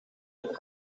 het